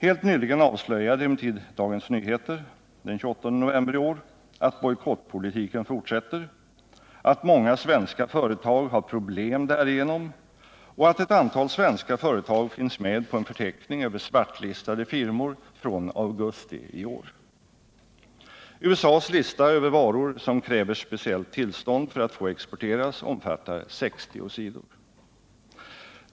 Den 28 november i år avslöjade emellertid Dagens Nyheter att bojkottpolitiken fortsätter, att många svenska företag har problem därigenom och att ett antal svenska företag finns med på en förteckning över svartlistade firmor från augusti i år. USA:s lista över varor som kräver speciellt tillstånd för att få exporteras omfattar 60 sidor.